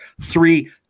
three